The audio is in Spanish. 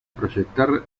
proyectar